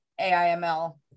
AIML